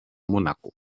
monaco